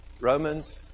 Romans